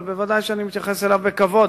אבל ודאי שאני מתייחס אליו בכבוד,